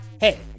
hey